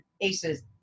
ACEs